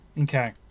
okay